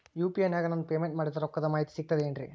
UPI ನಾಗ ನಾನು payment ಮಾಡಿದ ರೊಕ್ಕದ ಮಾಹಿತಿ ಸಿಕ್ತದೆ ಏನ್ರಿ?